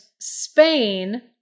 Spain